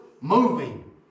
moving